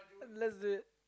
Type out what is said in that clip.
let's do it